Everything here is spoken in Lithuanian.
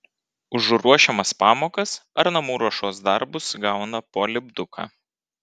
už ruošiamas pamokas ar namų ruošos darbus gauna po lipduką